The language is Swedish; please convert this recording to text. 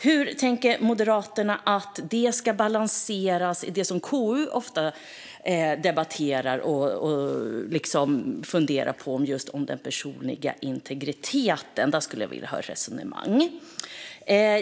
Hur tänker Moderaterna att det ska balanseras i det som KU ofta debatterar och funderar på i fråga om den personliga integriteten? Där skulle jag vilja höra ett resonemang.